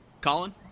Colin